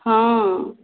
ହଁ